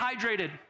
hydrated